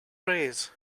rays